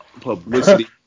publicity